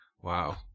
Wow